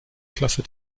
klasse